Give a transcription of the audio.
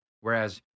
Whereas